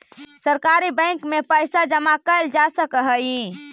सहकारी बैंक में पइसा जमा कैल जा सकऽ हइ